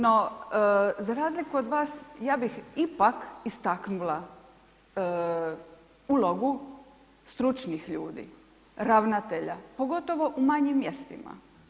No, za razliku od vas, ja bih ipak istaknula ulogu stručnih ljudi, ravnatelja, pogotovo u manjim mjestima.